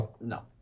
No